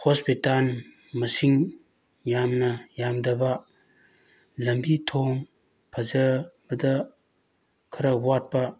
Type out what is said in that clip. hospital ꯃꯁꯤꯡ ꯌꯥꯝꯅ ꯌꯥꯝꯗꯕ ꯂꯝꯕꯤ ꯊꯣꯡ ꯐꯖꯕꯗ ꯈꯔ ꯋꯥꯠꯄ